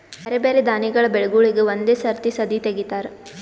ಬ್ಯಾರೆ ಬ್ಯಾರೆ ದಾನಿಗಳ ಬೆಳಿಗೂಳಿಗ್ ಒಂದೇ ಸರತಿ ಸದೀ ತೆಗಿತಾರ